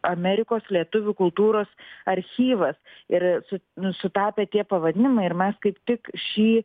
amerikos lietuvių kultūros archyvas ir su nu sutapę tie pavadinimai ir mes kaip tik šį